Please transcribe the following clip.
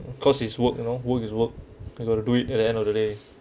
because is work you know work is work you got to do it at the end of the day